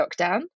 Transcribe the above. lockdown